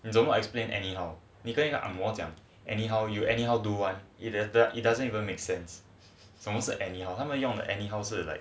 怎么 explained anyhow 你可以用 ang moh 讲 anyhow you anyhow do one either that it doesn't even make sense 什么是 anyhow 他们用的 anyhow 是 like